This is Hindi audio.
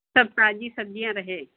सब ताज़ी सब्ज़ियाँ रहे